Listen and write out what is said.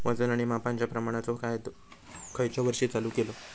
वजन आणि मापांच्या प्रमाणाचो कायदो खयच्या वर्षी चालू केलो?